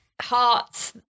hearts